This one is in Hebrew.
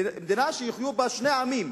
מדינה שיחיו בה שני עמים,